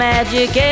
Magic